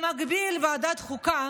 ובמקביל ועדת החוקה